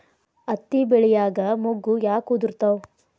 ಹತ್ತಿ ಬೆಳಿಯಾಗ ಮೊಗ್ಗು ಯಾಕ್ ಉದುರುತಾವ್?